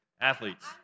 Athletes